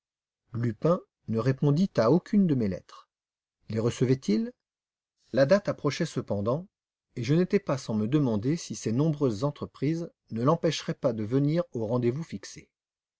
lupin ne répondit à aucune de mes lettres les recevait il la date approchait cependant et je n'étais pas sans me demander si ses nombreuses entreprises ne l'empêcheraient pas de venir au rendez-vous fixé